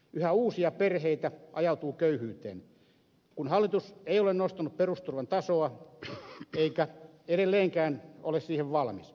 yhä uusia perheitä ajautuu köyhyyteen kun hallitus ei ole nostanut perusturvan tasoa eikä edelleenkään ole siihen valmis